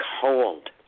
cold